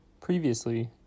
Previously